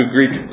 Greek